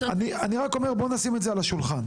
אני רק אומר בואו נשים את זה על השולחן.